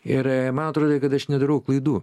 ir man atrodė kad aš nedarau klaidų